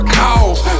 cause